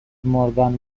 مورگان